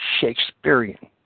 Shakespearean